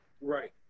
Right